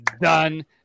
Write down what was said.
done